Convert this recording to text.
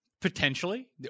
potentially